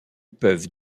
peuvent